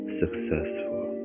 successful